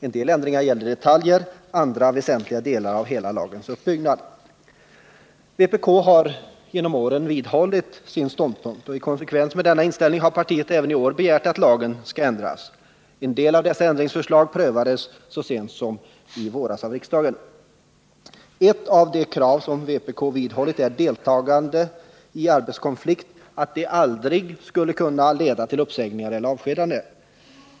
En del av ändringarna gällde detaljer, andra gällde väsentliga delar i lagens uppbyggnad. Vpk har genom åren vidhållit sin ståndpunkt, och i konsekvens med denna inställning har partiet även i år begärt att lagen skall ändras. En del av dessa ändringsförslag prövades av riksdagen så sent som i våras. Ett av de krav som vpk har vidhållit är att deltagande i arbetskonflikt aldrig skall kunna leda till uppsägningar eller avskedanden.